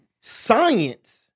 Science